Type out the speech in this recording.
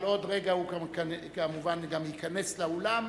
אבל עוד רגע הוא כמובן ייכנס לאולם.